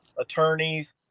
attorneys